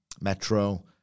Metro